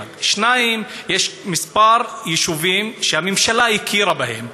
1. 2. יש כמה יישובים שהממשלה הכירה בהם,